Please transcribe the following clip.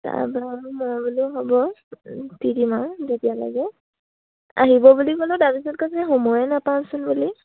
তাৰপা মই বোলো হ'ব যেতিয়া লাগে আহিব বুলি ক'লো তাৰপিছত ক'লে সময়ে নাপাওঁচোন বুলি